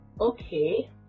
Okay